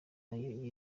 nayo